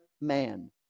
man